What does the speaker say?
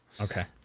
Okay